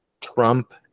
Trump